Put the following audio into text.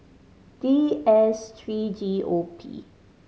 D S three G O P